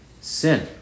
sin